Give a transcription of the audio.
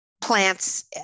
plants